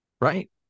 Right